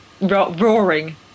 roaring